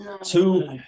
two